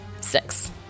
six